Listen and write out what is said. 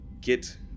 get